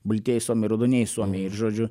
baltieji suomiai raudonieji suomiai ir žodžiu